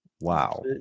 Wow